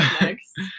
next